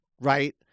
Right